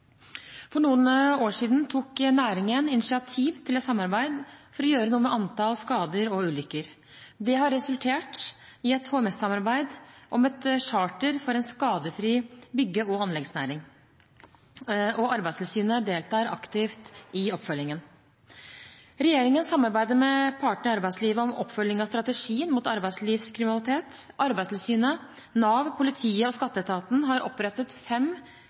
For noen år siden tok næringen initiativ til et samarbeid for å gjøre noe med antallet skader og ulykker. Det har resultert i et HMS-samarbeid om et charter for en skadefri bygge- og anleggsnæring. Arbeidstilsynet deltar aktivt i oppfølgingen. Regjeringen samarbeider med partene i arbeidslivet om oppfølging av strategien mot arbeidslivskriminalitet. Arbeidstilsynet, Nav, politiet og skatteetaten har opprettet fem